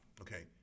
okay